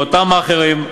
או אותם מאכערים,